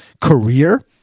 career